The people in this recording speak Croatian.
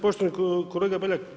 Poštovani kolega BEljak.